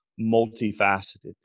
multifaceted